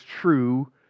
true